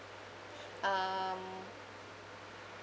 um